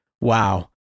Wow